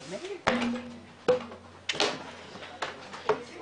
הישיבה ננעלה בשעה 11:05.